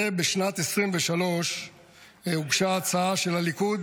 ובשנת 2023 הוגשה הצעה של הליכוד